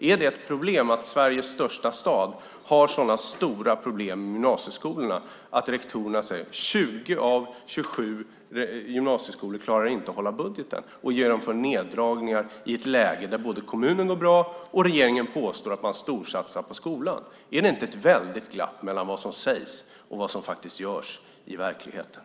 Är det ett problem att Sveriges största stad har sådana stora problem i gymnasieskolorna att rektorerna säger att 20 av 27 gymnasieskolor inte klarar att hålla budget och måste genomföra neddragningar i ett läge där kommunen går bra och regeringen påstår att man storsatsar på skolan? Är det inte ett väldigt glapp mellan vad som sägs och vad som görs i verkligheten?